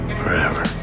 forever